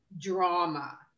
drama